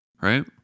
Right